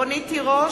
(קוראת בשמות חברי הכנסת) רונית תירוש,